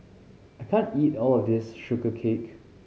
I can't eat all of this Sugee Cake